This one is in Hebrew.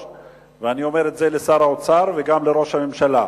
ואני אומר את זה לשר האוצר וגם לראש הממשלה: